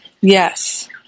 Yes